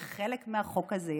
היא חלק מהחוק הזה.